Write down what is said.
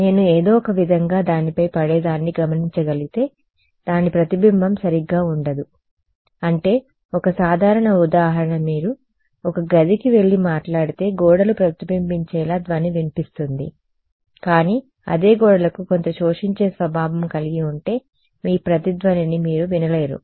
నేను ఏదో ఒక విధంగా దానిపై పడేదాన్ని గమనించగలిగితే దాని ప్రతిబింబం సరిగ్గా ఉండదు అంటే ఒక సాధారణ ఉదాహరణ మీరు ఒక గదికి వెళ్లి మాట్లాడితే గోడలు ప్రతిబింబించేలా ధ్వని వినిపిస్తుంది కానీ అదే గోడలకు కొంత శోషించే స్వభావం కలిగి ఉంటే మీ ప్రతిధ్వనిని మీరు వినలేరు